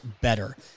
better